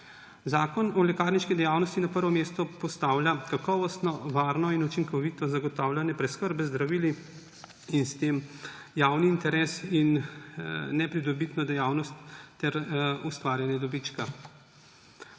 Zakon o lekarniški dejavnosti na prvo mesto postavlja kakovostno, varno in učinkovito zagotavljanje preskrbe z zdravili in s tem javni interes in nepridobitno dejavnost ter neustvarjanje dobička.